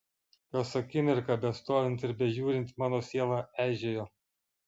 kas akimirką bestovint ir bežiūrint mano siela eižėjo